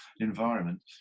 environment